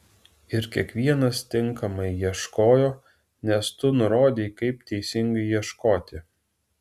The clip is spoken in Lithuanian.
ir kiekvienas tinkamai ieškojo nes tu nurodei kaip teisingai ieškoti